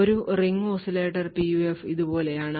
ഒരു ring oscillator PUF ഇതുപോലെയാണ്